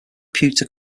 pewter